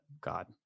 God